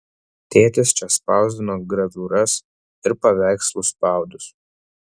tėtis čia spausdino graviūras ir paveikslų spaudus